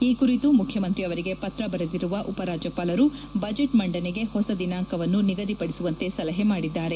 ಈ ಕುರಿತು ಮುಖ್ಯಮಂತಿ ಅವರಿಗೆ ಪತ್ರ ಬರೆದಿರುವ ಉಪರಾಜ್ಯಪಾಲರು ಬಜೆಟ್ ಮಂಡನೆಗೆ ಹೊಸ ದಿನಾಂಕವನ್ನು ನಿಗದಿಪದಿಸುವಂತೆ ಸಲಹೆ ಮಾಡಿದ್ದಾರೆ